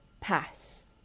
pass